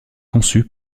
conçu